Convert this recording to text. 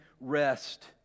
rest